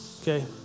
Okay